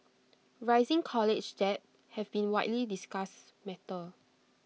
rising college debt has been A widely discussed matter